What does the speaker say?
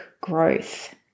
growth